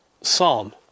psalm